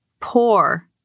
Poor